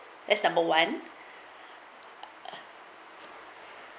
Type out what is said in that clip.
that's number one